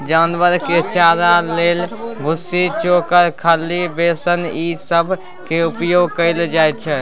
जानवर के चारा लेल भुस्सा, चोकर, खल्ली, बेसन ई सब केर उपयोग कएल जाइ छै